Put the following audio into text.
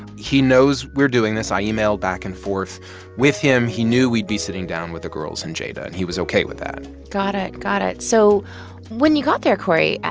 he knows we're doing this. i emailed back and forth with him. he knew we'd be sitting down with the girls and jada, and he was ok with that got it. got it. so when you got there, cory,